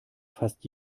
fast